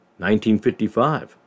1955